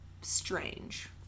strange